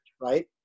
right